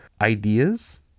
ideas